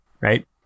right